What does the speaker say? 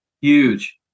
Huge